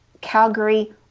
calgary